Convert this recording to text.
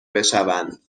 بشوند